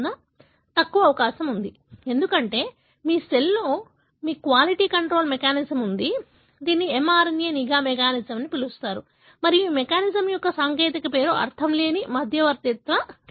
కాబట్టి తక్కువ అవకాశం ఎందుకంటే మీ సెల్లో మీకు క్వాలిటీ కంట్రోల్ మెకానిజం ఉంది దీనిని mRNA నిఘా మెకానిజం అని పిలుస్తారు మరియు ఈ మెకానిజం యొక్క సాంకేతిక పేరు అర్ధంలేని మధ్యవర్తిత్వ క్షయం